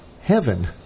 heaven